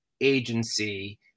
agency